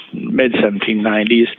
mid-1790s